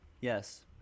yes